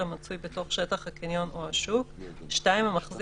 אז הוא בהחלט יכול לדאוג לזה גם במסגרת ההתקשרות החוזית,